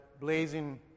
blazing